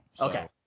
okay